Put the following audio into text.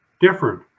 different